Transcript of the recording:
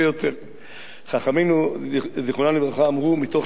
חכמינו זיכרונם לברכה אמרו, מתוך שבא לדבר בשבחו